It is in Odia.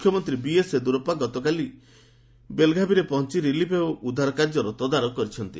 ମୁଖ୍ୟମନ୍ତ୍ରୀ ବିଏସ୍ ୟେଦିୟୁରସ୍କା ଗତରାତିରେ ବେଲଗାଭିରେ ପହଞ୍ଚ ରିଲିଫ୍ ଓ ଉଦ୍ଧାର କାର୍ଯ୍ୟର ତଦାରଖ କରିଛନ୍ତି